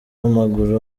w’amaguru